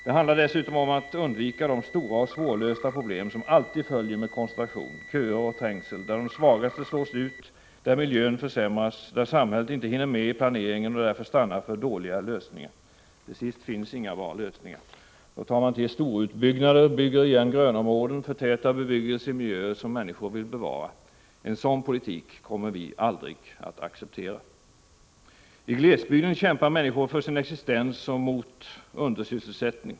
Det handlar dessutom om att undvika de stora och svårlösta problem som alltid följer med koncentration, köer och trängsel, där de svagaste slås ut, där miljön försämras, där samhället inte hinner med i planeringen och därför stannar för dåliga lösningar. Till sist finns inga bra lösningar. Då tar man till storutbyggnader, bygger igen grönområden, förtätar bebyggelse i miljöer som människor vill bevara. En sådan politik kommer vi aldrig att acceptera. I glesbygden kämpar människor för sin existens och mot undersysselsättning.